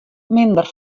minder